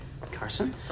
Carson